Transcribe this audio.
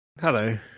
hello